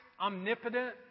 omnipotent